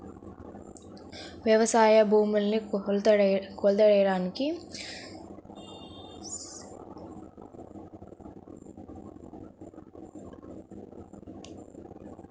యవసాయ భూముల్ని కొలతలెయ్యడానికి సర్కారోళ్ళు కొత్త పథకమేదో పెట్టారని ఊర్లో నిన్న దండోరా యేసి మరీ చెప్పారు